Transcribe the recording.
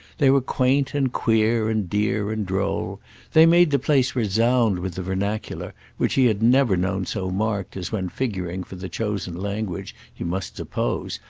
they were quaint and queer and dear and droll they made the place resound with the vernacular, which he had never known so marked as when figuring for the chosen language, he must suppose,